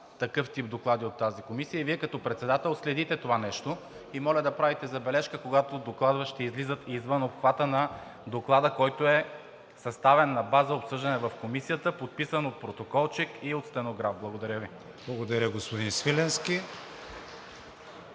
такъв тип доклади от тази комисия. Вие като председател следите това нещо и моля да правите забележка, когато докладващият излиза извън обхвата на Доклада, който е съставен на база обсъждане в Комисията, подписан от протоколчик и от стенограф. Благодаря Ви. (Ръкопляскания